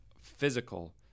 physical